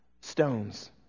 stones